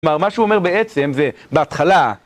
כלומר, מה שהוא אומר בעצם זה, בהתחלה...